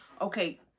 Okay